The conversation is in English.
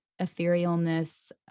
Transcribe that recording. etherealness